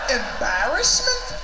embarrassment